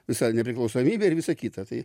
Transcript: visa nepriklausomybė ir visa kita tai